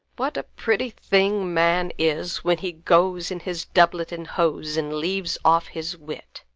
what a pretty thing man is when he goes in his doublet and hose and leaves off his wit!